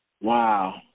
Wow